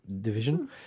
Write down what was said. division